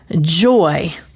joy